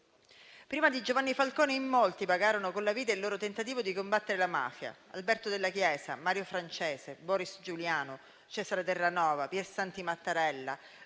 Prima di Giovanni Falcone in molti pagarono con la vita il loro tentativo di combattere la mafia. Carlo Alberto dalla Chiesa, Mario Francese, Boris Giuliano, Cesare Terranova, Piersanti Mattarella,